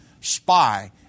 spy